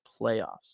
playoffs